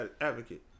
advocate